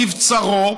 מבצרו,